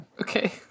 Okay